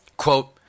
Quote